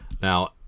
Now